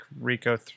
Rico